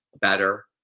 better